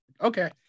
Okay